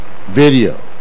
video